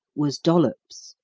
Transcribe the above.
was dollops,